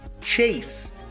Chase